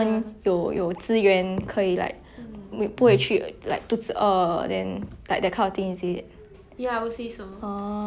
orh okay okay